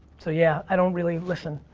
so yeah, i don't really listen.